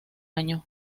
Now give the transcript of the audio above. año